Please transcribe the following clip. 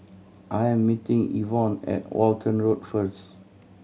I am meeting Evon at Walton Road first